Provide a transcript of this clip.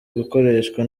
gukoreshwa